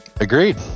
Agreed